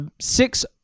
six